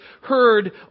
heard